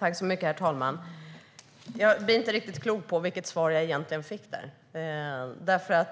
Herr talman! Jag blir inte riktigt klok på vilket svar jag egentligen fick.